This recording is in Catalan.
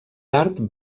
tard